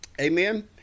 amen